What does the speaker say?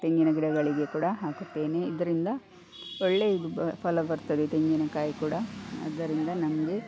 ತೆಂಗಿನ ಗಿಡಗಳಿಗೆ ಕೂಡ ಹಾಕುತ್ತೇನೆ ಇದರಿಂದ ಒಳ್ಳೆಯ ಇದು ಬ ಫಲ ಬರ್ತದೆ ತೆಂಗಿನಕಾಯಿ ಕೂಡ ಅದರಿಂದ ನಮಗೆ